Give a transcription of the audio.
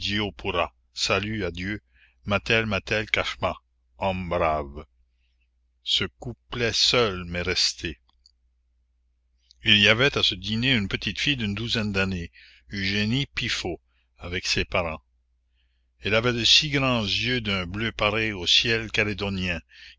salut adieu matels matels kachmas hommes braves ce couplet seul m'est resté il y avait à ce dîner une petite fille d'une douzaine d'années eugénie piffaut avec ses parents elle avait de si grands yeux d'un bleu pareil au ciel calédonien